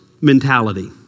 mentality